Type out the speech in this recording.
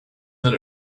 that